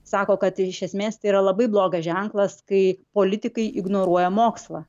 sako kad iš esmės tai yra labai blogas ženklas kai politikai ignoruoja mokslą